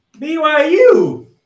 BYU